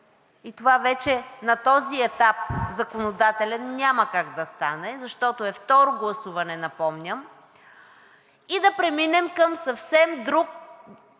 Това вече на този законодателен етап няма как да стане, защото е второ гласуване, напомням, и да преминем към съвсем друга